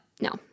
no